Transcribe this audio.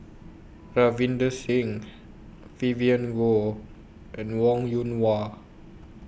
Ravinder Singh Vivien Goh and Wong Yoon Wah